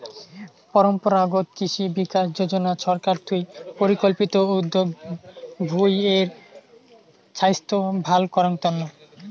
পরম্পরাগত কৃষি বিকাশ যোজনা ছরকার থুই পরিকল্পিত উদ্যগ ভূঁই এর ছাইস্থ ভাল করাঙ তন্ন